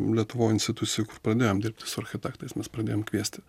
lietuvoj institucijų kur pradėjom dirbti su architektais mes pradėjom kviesti